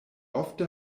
ofte